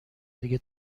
دیگه